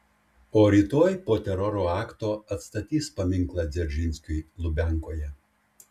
o rytoj po teroro akto atstatys paminklą dzeržinskiui lubiankoje